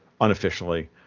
unofficially